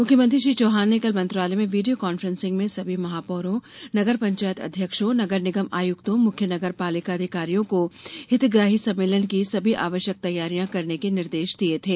मुख्यमंत्री श्री चौहान ने कल मंत्रालय में वीडियो कॉन्फ्रेंसिंग में सभी महापौरों नगर पंचायत अध्यक्षों नगर निगम आयुक्तों मुख्य नगरपालिका अधिकारियों को हितग्राही सम्मेलन की सभी आवश्यक तैयारियां करने के ॅनिर्देश दिए थे